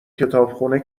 کتابخونه